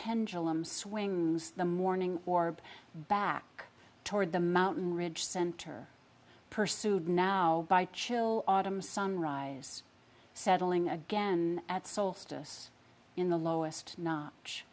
pendulum swings the morning or back toward the mountain ridge center pursued now by chill autumn sunrise settling again at solstice in the lowest kno